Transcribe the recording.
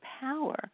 power